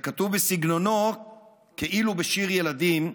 שכתוב בסגנונו כאילו הוא שיר ילדים,